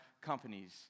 companies